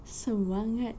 semangat